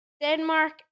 Denmark